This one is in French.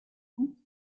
vous